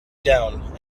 down